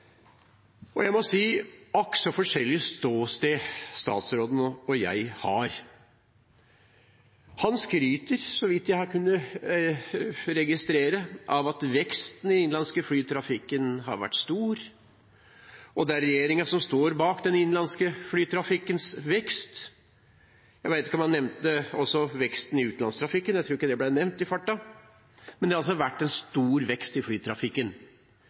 Venstre. Jeg må si: Akk, så forskjellig ståsted statsråden og jeg har. Han skryter, så vidt jeg har kunnet registrere, av at veksten i den innenlandske flytrafikken har vært stor, og at det er regjeringen som står bak den innenlandske flytrafikkens vekst. Jeg vet ikke om han også nevnte veksten i utenlandstrafikken – jeg tror ikke det ble nevnt i farten. Men det har altså vært en stor vekst i flytrafikken.